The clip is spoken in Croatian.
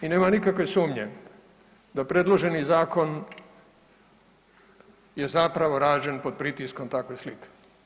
I nema nikakve sumnje da predloženi zakon je zapravo rađen pod pritiskom takve slike.